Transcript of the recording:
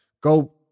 go